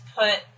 put